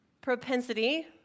propensity